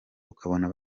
ukabona